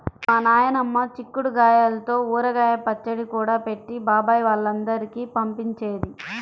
మా నాయనమ్మ చిక్కుడు గాయల్తో ఊరగాయ పచ్చడి కూడా పెట్టి బాబాయ్ వాళ్ళందరికీ పంపించేది